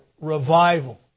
revival